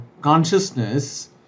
consciousness